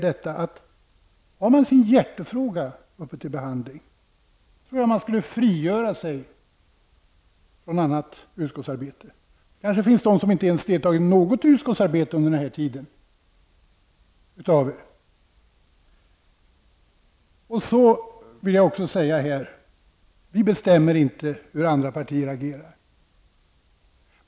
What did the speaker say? Men om man har sin hjärtefråga uppe till behandling, tror jag att man skulle frigöra sig från annat utskottsarbete. Det kanske t.o.m. finns dem av er som inte deltar i något utskottsarbete under den här tiden. Vi bestämmer inte hur andra partier agerar.